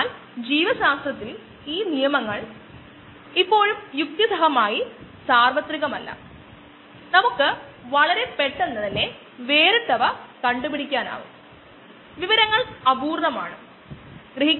കൂടാതെ ultraviolet radiation gamma radiation തുടങ്ങിയ റേഡിയേഷനുകൾ നമുക്ക് ഉപയോഗിക്കാം അവ ഉയർന്ന ഊർജ്ജ റേഡിയേഷൻസ് ആണ് അത് ഡിഎൻഎയിൽ മാറ്റങ്ങൾക്ക് കാരണമാകുകയും ഓർഗാനിസത്തിനെ കൊല്ലുകയും ചെയ്യും